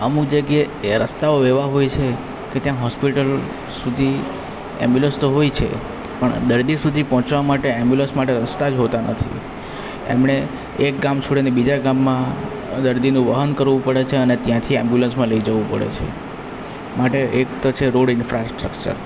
અમુક જગ્યાએ રસ્તાઓ એવા હોય છે કે ત્યાં હોસ્પિટલ સુધી ઍમ્બ્યુલન્સ તો હોય છે પણ દર્દી સુધી પહોંચવા માટે ઍમ્બ્યુલન્સ માટે રસ્તા જ હોતા નથી એમણે એક ગામ છોડીને બીજા ગામમાં દર્દીનું વહન કરવું પડે છે અને ત્યાંથી ઍમ્બ્યુલન્સમાં લઈ જવું પડે છે માટે એક તો છે રોડ ઇન્ફ્રાસ્ટ્રકચર